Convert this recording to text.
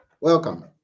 Welcome